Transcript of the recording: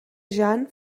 jan